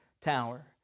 tower